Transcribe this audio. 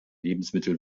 lebensmittel